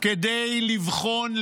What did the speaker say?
כדי לבחון,